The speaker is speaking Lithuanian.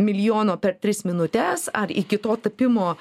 milijono per tris minutes ar iki to tapimo